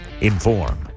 inform